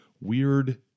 weird